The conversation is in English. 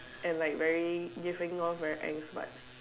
and like very different off very angst but